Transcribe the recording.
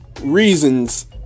reasons